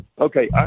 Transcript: Okay